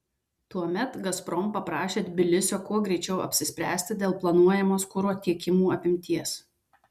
tuomet gazprom paprašė tbilisio kuo greičiau apsispręsti dėl planuojamos kuro tiekimų apimties